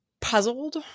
puzzled